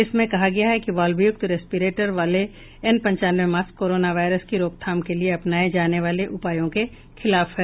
इसमें कहा गया है कि वॉल्व युक्त रेस्पिरेटर वाले एन पंचानवे मास्क कोरोना वायरस की रोकथाम के लिए अपनाए जाने वाले उपायों के खिलाफ हैं